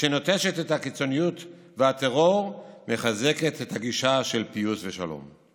שנוטשת את הקיצוניות והטרור מחזקת את הגישה של פיוס ושלום.